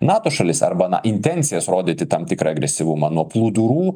nato šalis arba na intencijas rodyti tam tikrą agresyvumą nuo plūdurų